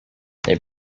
they